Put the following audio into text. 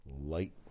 light